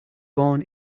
born